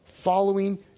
following